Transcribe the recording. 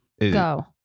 Go